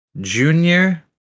Junior